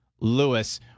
Lewis